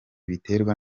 biterwa